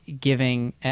giving